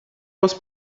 was